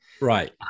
Right